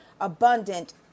abundant